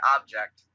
Object